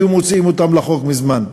היו מוציאים אותן מחוץ לחוק מזמן.